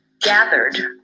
gathered